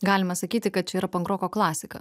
galima sakyti kad čia yra pankroko klasika